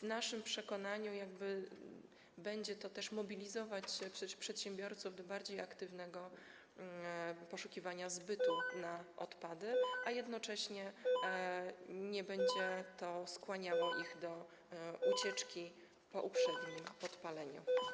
W naszym przekonaniu będzie to mobilizować przedsiębiorców do bardziej aktywnego poszukiwania zbytu na odpady, a jednocześnie nie będzie to skłaniało ich do ucieczki po uprzednim podpaleniu.